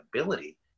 ability